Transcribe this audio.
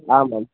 आमाम्